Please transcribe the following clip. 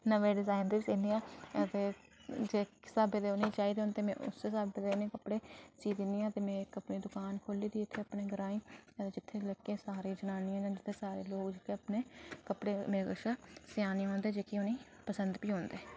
नमें डिजाईन दे सीन्नी आं ते जिस स्हाबै दे उनेंगी चाहिदे होंदे ते में उस स्हाबै दे उनेंगी सी दिन्नी आं ते में कपड़ें दी दुकान खोह्ली दी अपने ग्राएं ते इत्थें दी जनानियां ते सारे लोक जेह्ड़े कपड़े मेरे कशा सेआनें गी औंदे जेह्के उनेंगी पसंद बी औंदे